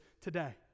today